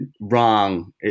wrong